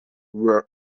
were